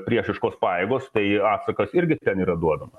priešiškos pajėgos tai atsakas irgi ten yra duodamas